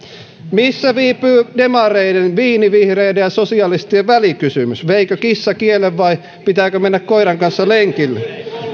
missä viipyy demareiden viinivihreiden ja sosialistien välikysymys veikö kissa kielen vai pitääkö mennä koiran kanssa lenkille